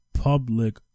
public